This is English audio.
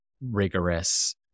rigorous